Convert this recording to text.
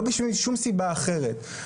לא בשביל שום סיבה אחרת,